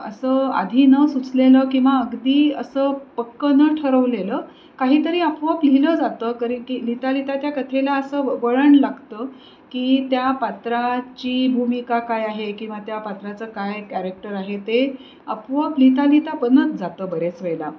असं आधी न सुचलेलं किंवा अगदी असं पक्कं न ठरवलेलं काही तरी आपोआप लिहिलं जातं कारण की लिहिता लिहिता त्या कथलेला असं व वळण लागतं की त्या पात्राची भूमिका काय आहे किंवा त्या पात्राचं काय कॅरेक्टर आहे ते आपोआप लिहिता लिहिता बनत जातं बरेच वेळेला